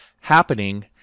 happening